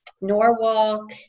Norwalk